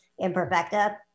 imperfecta